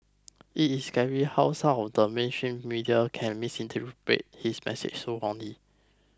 it is scary how some of the mainstream media can misinterpret his message so wrongly